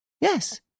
Yes